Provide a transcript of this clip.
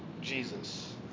Jesus